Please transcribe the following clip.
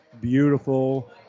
beautiful